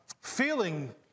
feeling